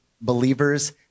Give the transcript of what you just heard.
believers